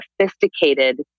sophisticated